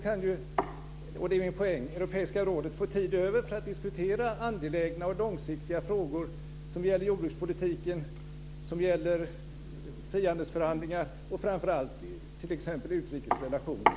Min poäng är att Europeiska rådet då får tid över till att diskutera angelägna och långsiktiga frågor som gäller jordbrukspolitiken, frihandelsförhandlingar och framför allt utrikes relationer.